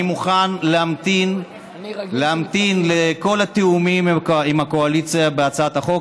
אני מוכן להמתין לכל התיאומים עם הקואליציה בהצעת החוק.